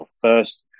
first